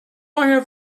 have